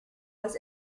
was